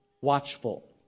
watchful